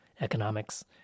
economics